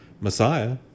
Messiah